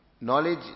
knowledge